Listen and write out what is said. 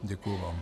Děkuji vám.